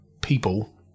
people